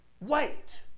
wait